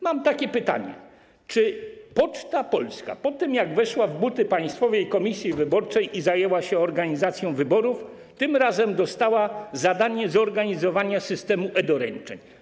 Mam takie pytanie: Czy Poczta Polska po tym, jak weszła w buty Państwowej Komisji Wyborczej i zajęła się organizacją wyborów, tym razem dostała zadanie zorganizowania systemu e-doręczeń?